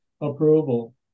approval